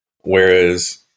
Whereas